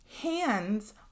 hands